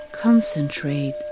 Concentrate